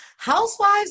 Housewives